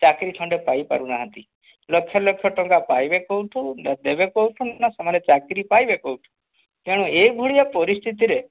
ଚାକିରୀ ଖଣ୍ଡେ ପାଇ ପାରୁନାହାନ୍ତି ଲକ୍ଷ ଲକ୍ଷ ଟଙ୍କା ପାଇବେ କେଉଁଠୁ ଦେବେ କେଉଁଠୁ ନା ସେମାନେ ଚାକିରୀ ପାଇବେ କେଉଁଠୁ ତେଣୁ ଏଭଳିଆ ପରିସ୍ଥିତିରେ